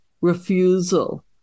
refusal